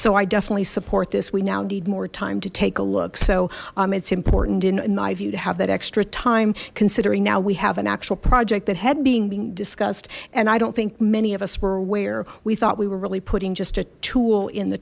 so i definitely support this we now need more time to take a look so it's important in my view to have that extra time considering now we have an actual project that had been being discussed and i don't think many of us were aware we thought we were really putting just a tool in the